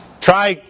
Try